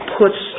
puts